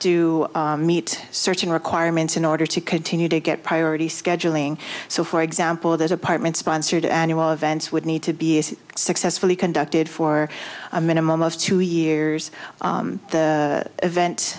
to meet certain requirements in order to continue to get priority scheduling so for example that apartment sponsored annual events would need to be successfully conducted for a minimum of two years the event